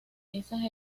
esas